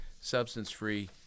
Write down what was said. substance-free